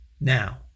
Now